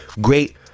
Great